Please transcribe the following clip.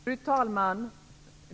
Fru talman!